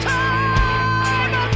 time